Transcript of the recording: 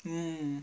mm